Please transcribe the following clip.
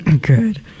Good